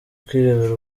kwirebera